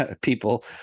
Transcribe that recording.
people